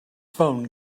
phone